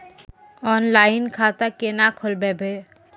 Online खाता केना खोलभैबै?